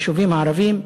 היישובים הערביים,